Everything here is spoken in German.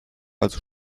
also